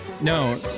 No